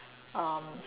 um